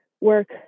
work